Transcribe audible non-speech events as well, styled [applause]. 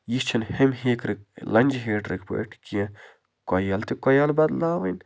یہِ چھِنہٕ ہُمہِ [unintelligible] لَنجہٕ ہیٖٹٕرٕکۍ پٲٹھۍ کیٚنہہ کویِل تہٕ کویِل بَدٕلاوٕنۍ